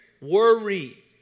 Worry